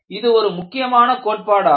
இது ஒரு முக்கியமான கோட்பாடாகும்